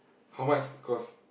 how much cost